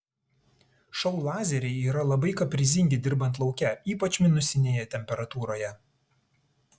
šou lazeriai yra labai kaprizingi dirbant lauke ypač minusinėje temperatūroje